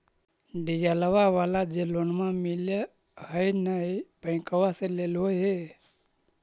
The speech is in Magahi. डिजलवा वाला जे लोनवा मिल है नै बैंकवा से लेलहो हे?